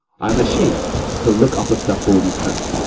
i am asham'd to look upon the holy sun,